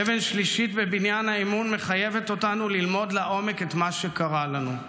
אבן שלישית בבניין האמון מחייבת אותנו ללמוד לעומק את מה שקרה לנו.